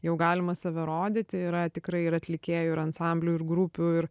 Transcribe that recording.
jau galima save rodyti yra tikrai ir atlikėjų ir ansamblių ir grupių ir